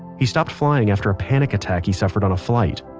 he stopped flying after a panic attack he suffered on a flight.